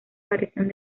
variación